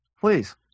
Please